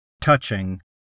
touching